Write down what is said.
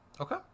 Okay